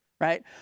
right